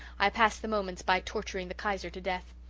i pass the moments by torturing the kaiser to death.